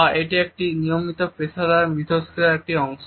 বা এটি একটি নিয়মিত পেশাদার ইন্টারেকশনের একটি অংশ